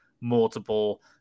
multiple